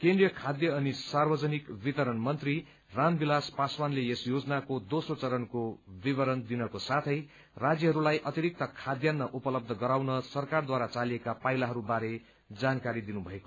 केन्द्रीय खाद्य अनि सार्वजनिक वितरण मन्त्री रामविलास पासवानले यस योजनाको दोस्रो चरणको विवरण दिनुषयो अनि राज्यहरूलाई अतिरिक्त खाद्यात्र उपलब्ध गराउन सरकारद्वारा चालिएका पाइलाहरू बारे जानकारी दिनुभयो